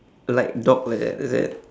like dog like that is it